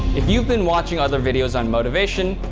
if you've been watching other videos on motivation,